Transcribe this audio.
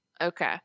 Okay